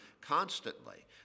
constantly